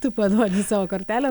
tu paduodi savo kartelę